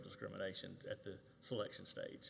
discrimination at the selection states